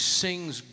sings